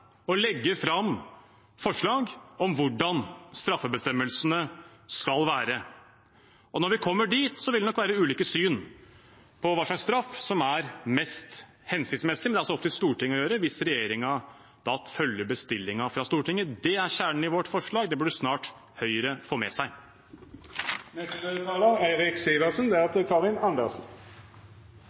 legge fram forslag om hvordan straffebestemmelsene skal være. Og når vi kommer dit, vil det nok være ulike syn på hva slags straff som er mest hensiktsmessig, men det er da opp til Stortinget å bestemme hvis regjeringen følger bestillingen fra Stortinget. Det er kjernen i vårt forslag – det burde snart Høyre få med